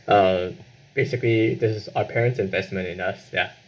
um basically this is our parents' investment in us ya